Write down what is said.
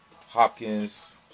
Hopkins